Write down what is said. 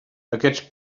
aquests